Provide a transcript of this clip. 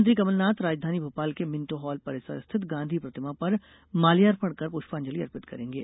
मुख्यमंत्री कमलनाथ राजधानी भोपाल के मिण्टो हाल परिसर स्थित गांधी प्रतिमा पर माल्यार्पण कर पृष्पांजलि अर्पित करेंगे